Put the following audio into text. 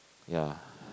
ya